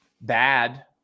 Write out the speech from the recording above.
bad